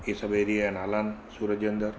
इहे सभु एरिए जा नाला आहिनि सूरत जे अंदरु